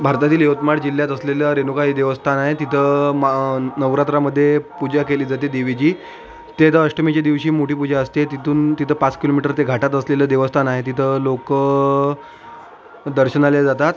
भारतातील यवतमाळ जिल्ह्यात असलेलं रेणुका हे देवस्थान आहे तिथं मा नवरात्रामध्ये पूजा केली जाते देवीची तिथं अष्टमीच्या दिवशी मोठी पूजा असते तिथून तिथे पाच किलोमीटर ते घाटात असलेलं देवस्थान आहे तिथं लोक दर्शनाला जातात